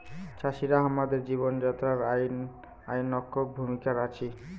চাষিরা হামাদের জীবন যাত্রায় আইক অনইন্য ভূমিকার আছি